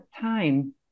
time